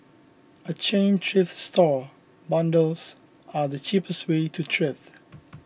a chain thrift store bundles are the cheapest way to thrift